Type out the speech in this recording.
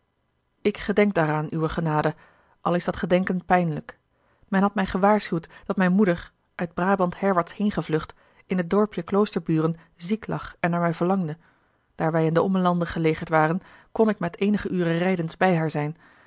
ik gedenk daaraan uwe genade al is dat gedenken pijnlijk men had mij gewaarschuwd dat mijne moeder uit braband herwaarts heen gevlucht in het dorpje kloosterburen ziek lag en naar mij verlangde daar wij in de ommelanden gelegerd waren kon ik met eenige uren rijdens bij haar zijn